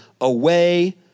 away